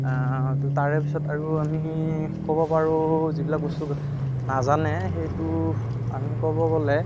তাৰে পিছত আৰু আমি ক'ব পাৰো যিবিলাক বস্তু নাজানে সেইটো আমি ক'ব গ'লে